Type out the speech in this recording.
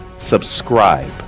subscribe